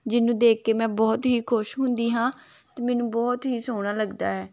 ਜਿਹਨੂੰ ਦੇਖ ਕੇ ਮੈਂ ਬਹੁਤ ਹੀ ਖੁਸ਼ ਹੁੰਦੀ ਹਾਂ ਅਤੇ ਮੈਨੂੰ ਬਹੁਤ ਹੀ ਸੋਹਣਾ ਲੱਗਦਾ ਹੈ